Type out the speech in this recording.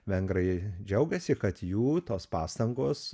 vengrai džiaugiasi kad jų tos pastangos